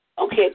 Okay